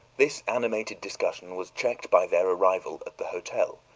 this animated discussion was checked by their arrival at the hotel,